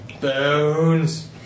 Bones